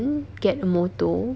use what money seh